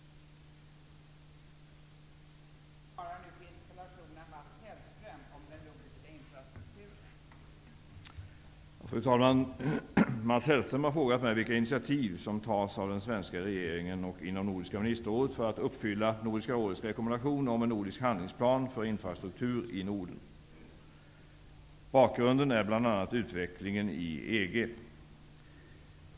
Fru talman! Mats Hellström har frågat mig vilka initiativ som tas av den svenska regeringen och inom Nordiska ministerrådet för att uppfylla Bakgrunden är bl.a. utvecklingen i EG.